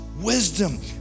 wisdom